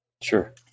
Sure